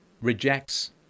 rejects